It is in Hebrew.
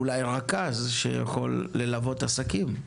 אולי רכז שיכול ללוות עסקים,